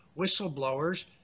whistleblowers